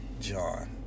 John